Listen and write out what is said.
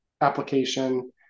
application